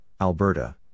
Alberta